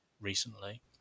recently